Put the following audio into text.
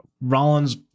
Rollins